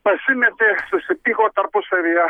pasimetė susipyko tarpusavyje